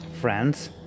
friends